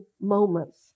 moments